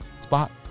spot